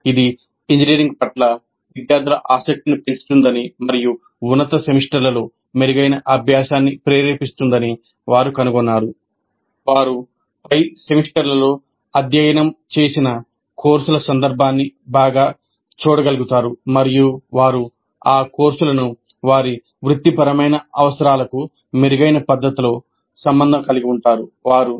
ఇది ఇంజనీరింగ్ పట్ల విద్యార్థుల ఆసక్తిని పెంచుతుందని మరియు ఉన్నత సెమిస్టర్లలో మెరుగైన అభ్యాసాన్ని ప్రేరేపిస్తుందని వారు కనుగొన్నారు వారు పై సెమిస్టర్లలో అధ్యయనం చేసిన కోర్సుల సందర్భాన్ని బాగా చూడగలుగుతారు మరియు వారు ఆ కోర్సులను వారి వృత్తిపరమైన అవసరాలకు మెరుగైన పద్ధతిలో సంబంధం కలిగి ఉంటారు